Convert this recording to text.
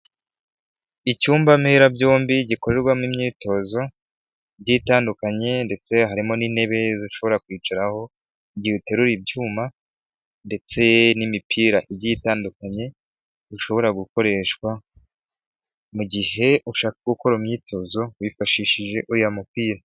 Icyumba mberabyombi gikorerwamo imyitozo igiye itandukanye, ndetse harimo n'intebe zishobora kwicaraho igihe uteruye ibyuma ndetse n'imipira igiye itandukanye, bishobora gukoreshwa mu gihe ushaka gukora imyitozo wifashishije uriya mupira.